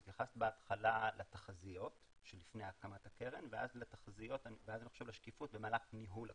התייחסת בהתחלה לתחזיות שלפני הקמת הקרן ואז לשקיפות במהלך ניהול הקרן.